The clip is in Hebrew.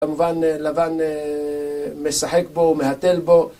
כמובן לבן משחק בו, מהתל בו